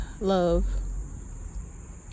love